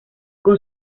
con